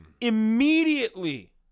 immediately